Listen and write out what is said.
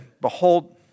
Behold